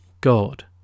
god